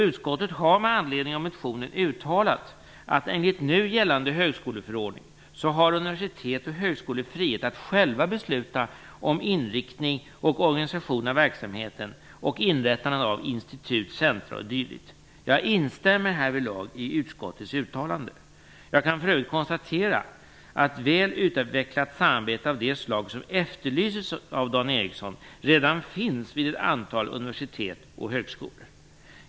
Utskottet har med anledning av motionen uttalat att universitet och högskolor enligt nu gällande högskoleförordning har frihet att själva besluta om inriktning och organisation av verksamhet och inrättandet av institut, centra o.d. Jag instämmer härvidlag i utskottets utttalande. Jag kan för övrigt konstatera att väl utvecklat samarbete av det slag som efterlyses av Dan Ericsson redan finns vid ett antal universitet och högskolor.